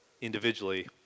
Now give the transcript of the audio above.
individually